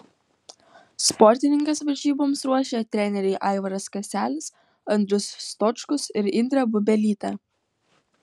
sportininkes varžyboms ruošė treneriai aivaras kaselis andrius stočkus ir indrė bubelytė